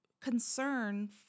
concern